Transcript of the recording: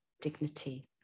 dignity